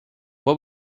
what